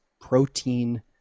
protein